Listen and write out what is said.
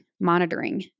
monitoring